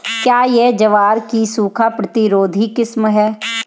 क्या यह ज्वार की सूखा प्रतिरोधी किस्म है?